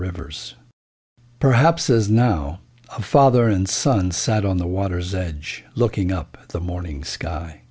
rivers perhaps as now father and son sat on the water's edge looking up the morning sky